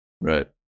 Right